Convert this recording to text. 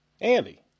Andy